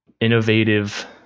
Innovative